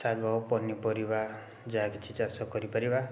ଶାଗ ପନିପରିବା ଯାହା କିଛି ଚାଷ କରିପାରିବା